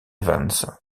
evans